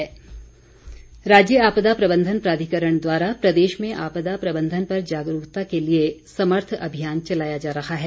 कार्यशाला राज्य आपदा प्रबंधन प्राधिकरण द्वारा प्रदेश में आपदा प्रबंधन पर जागरूकता के लिए समर्थ अभियान चलाया जा रहा है